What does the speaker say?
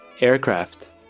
aircraft